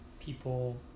people